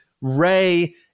Ray